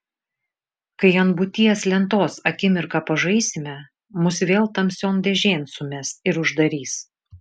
kai ant būties lentos akimirką pažaisime mus vėl tamsion dėžėn sumes ir uždarys